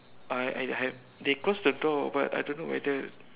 I I I they close the door but I don't know whether